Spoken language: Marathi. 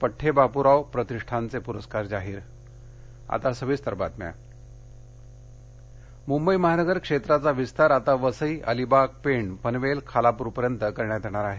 पड्डे बाप्राव प्रतिष्ठानचे प्रस्कार जाहीर मख्यमंत्री मंबई महानगर क्षेत्राचा विस्तार आता वसई अलिबाग पेण पनवेल खालाप्रपर्यंत करण्यात येणार आहे